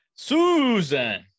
Susan